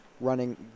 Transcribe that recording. running